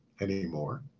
anymore